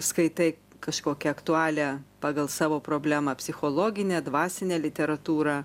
skaitai kažkokią aktualią pagal savo problemą psichologinę dvasinę literatūrą